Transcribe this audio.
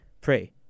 pray